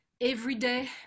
everyday